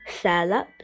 Salad